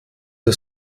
der